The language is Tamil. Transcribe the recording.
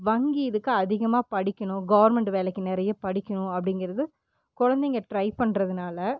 வங்கி இதுக்கு அதிகமாக படிக்கணும் கவுர்மண்ட் வேலைக்கு நிறைய படிக்கணும் அப்டிங்குறது குழந்தைங்க ட்ரை பண்றதுனால்